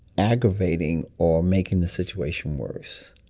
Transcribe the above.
aggravating or making the situation worse,